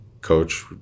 coach